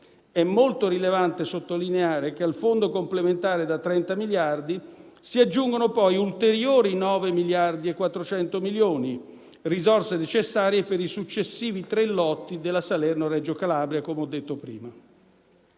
È molto rilevante sottolineare che al Fondo complementare da 30 miliardi si aggiungono ulteriori 9,4 miliardi, risorse necessarie per i successivi tre lotti della Salerno-Reggio Calabria, come ho detto prima.